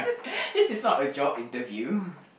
this is not a job interview